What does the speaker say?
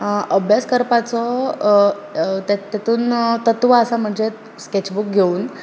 अभ्यास करपाचो तातूंत तत्व आसा म्हणजे स्कॅचबूक घेवन